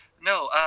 No